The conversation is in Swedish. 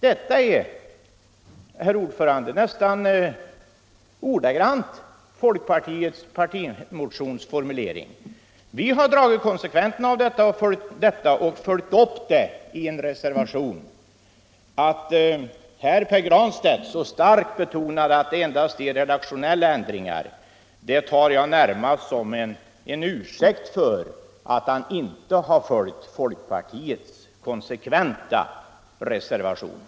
Detta är, herr talman, nästan ordagrant formuleringen i folkpartiets partimotion. Vi har dragit konsekvenserna av denna formulering och följt upp den i en reservation. Att herr Granstedt här så starkt betonade att det endast är redaktionella ändringar tar jag närmast som en ursäkt för att han inte har följt folkpartiets konsekventa reservation.